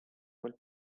quel